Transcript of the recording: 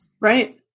right